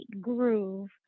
groove